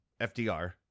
FDR